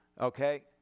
okay